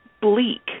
bleak